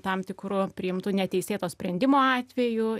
tam tikru priimtu neteisėto sprendimo atveju